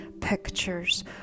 pictures